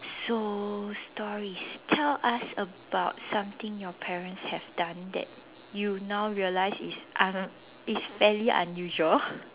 so stories tell us about something your parents have done that you now realize it's un~ it's fairly unusual